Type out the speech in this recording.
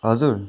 हजुर